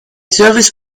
service